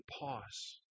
pause